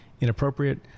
inappropriate